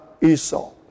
Esau